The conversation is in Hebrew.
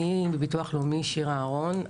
אני מביטוח לאומי, שירה אהרון.